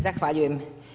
Zahvaljujem.